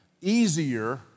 easier